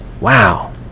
Wow